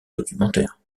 documentaire